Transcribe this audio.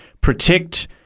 protect